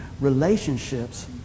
relationships